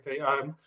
okay